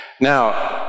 Now